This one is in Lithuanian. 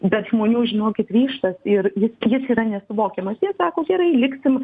bet žmonių žinokit ryžtas ir jis jis yra nesuvokiamas jie sako gerai liksim